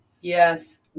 Yes